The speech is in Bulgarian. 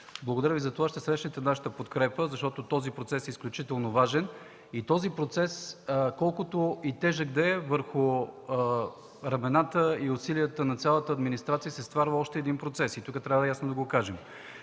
Благодаря Ви за това! Ще срещнете нашата подкрепа, защото този процес е изключително важен. Колкото и тежък да е той, върху рамената и усилията на цялата администрация се стоварва още един процес, и тук трябва ясно да го кажем.